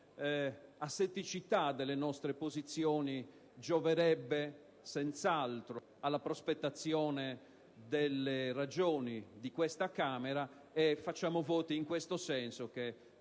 asetticità delle nostre posizioni gioverebbe senz'altro alla prospettazione delle ragioni di questa Camera, e facciamo voto nel senso che